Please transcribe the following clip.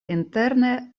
interne